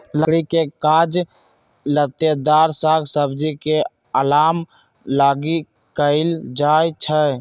लकड़ी के काज लत्तेदार साग सब्जी के अलाम लागी कएल जाइ छइ